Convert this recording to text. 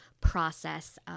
process